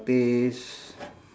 taste